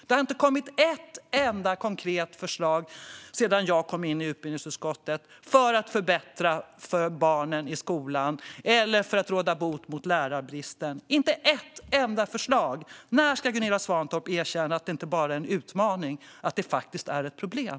Det har inte sedan jag kom in i utbildningsutskottet kommit ett enda konkret förslag för att förbättra för barnen i skolan eller för att råda bot på lärarbristen. När ska Gunilla Svantorp erkänna att det inte bara är en utmaning utan att det faktiskt är ett problem?